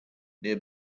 near